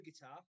guitar